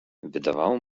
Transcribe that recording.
wydawało